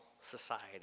society